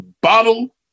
bottle